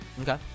Okay